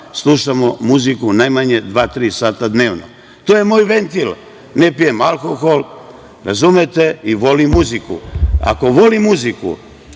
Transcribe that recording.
slušamo muziku najmanje dva-tri sata dnevno. To je moj ventil. Ne pijem alkohol i volim muziku. Ako volim muziku,